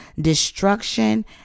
destruction